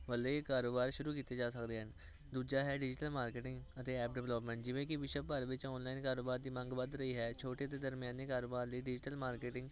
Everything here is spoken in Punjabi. ਵਾਲੇ ਕਾਰੋਬਾਰ ਸ਼ੁਰੂ ਕੀਤੇ ਜਾ ਸਕਦੇ ਹਨ ਦੂਜਾ ਹੈ ਡਿਜੀਟਲ ਮਾਰਕੀਟਿੰਗ ਅਤੇ ਐਪ ਡਿਪਲੋਮਾ ਜਿਵੇਂ ਕਿ ਵਿਸ਼ਵ ਭਰ ਵਿੱਚ ਓਨਲਾਈਨ ਕਾਰੋਬਾਰ ਦੀ ਮੰਗ ਵੱਧ ਰਹੀ ਹੈ ਛੋਟੇ ਅਤੇ ਦਰਮਿਆਨੇ ਕਾਰੋਬਾਰ ਲਈ ਡਿਜੀਟਲ ਮਾਰਕੀਟਿੰਗ